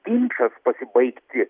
ginčas pasibaigti